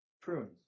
prunes